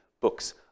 books